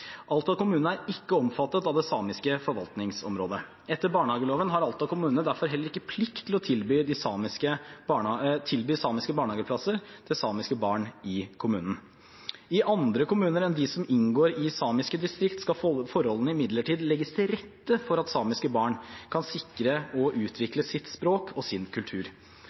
Alta kommune er ikke omfattet av det samiske forvaltningsområdet. Etter barnehageloven har Alta kommune derfor heller ikke plikt til å tilby samiske barnehageplasser til samiske barn i kommunen. I andre kommuner enn de som inngår i samiske distrikt, skal forholdene imidlertid legges til rette for at samiske barn kan sikre og utvikle sitt språk og sin kultur.